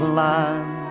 land